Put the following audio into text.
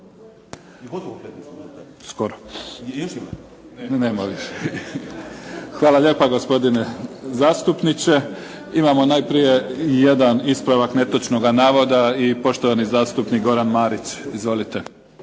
Hvala lijepa gospodine zastupniče. Imamo najprije jedan ispravak netočnoga navoda i poštovani zastupnik Goran Marić. Izvolite.